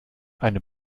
eine